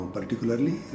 Particularly